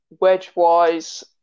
wedge-wise